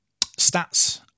stats